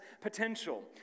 potential